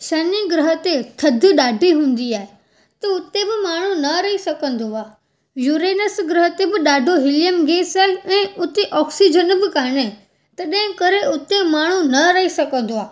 शनि ग्रह ते थधि ॾाढी हूंदी आहे त उते बि माण्हू न रही सघंदो आहे यूरेनस ग्रह ते बि ॾाढो हीलियम गैस आहे ऐं उते ऑक्सीजन बि कोन्हे तॾहिं करे उते माण्हू न रही सघंदो आहे